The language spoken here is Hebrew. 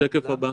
מעניין.